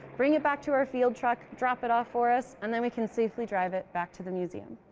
bring it back to our field truck. drop it off for us. and then we can safely drive it back to the museum.